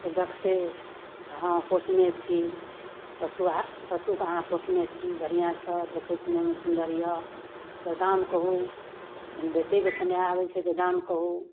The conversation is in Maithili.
तऽ देखतै हँ पोसने छी पोसुआ पशुके अहाँ पोसने छी बढ़िआँसँ देखै सुनैमे सुन्दर यऽ एकर दाम कहू जहन बेचयके समय आबय छै तऽ दाम कहू